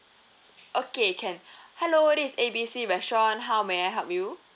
okay can hello this is A B C restaurant how may I help you